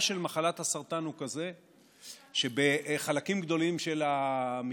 של מחלת הסרטן הוא כזה שבחלק גדול של המקרים,